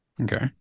Okay